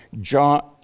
John